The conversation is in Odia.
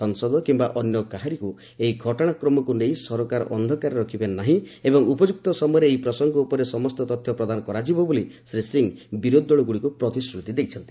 ସଂସଦ କିମ୍ବା ଅନ୍ୟ କାହାରିକୁ ଏହି ଘଟଣାକ୍ରମକୁ ନେଇ ସରକାର ଅନ୍ଧାରରେ ରଖିବେ ନାହିଁ ଏବଂ ଉପଯୁକ୍ତ ସମୟରେ ଏହି ପ୍ରସଙ୍ଗ ଉପରେ ସମସ୍ତ ତଥ୍ୟ ପ୍ରଦାନ କରାଯିବ ବୋଲି ଶ୍ରୀ ସିଂହ ବିରୋଧି ଦଳକୁ ପ୍ରତିଶ୍ରତି ଦେଇଛନ୍ତି